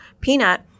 peanut